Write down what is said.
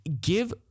give